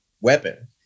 weapon